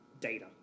data